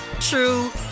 true